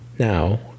Now